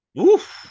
Oof